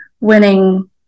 winning